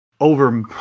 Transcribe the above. Over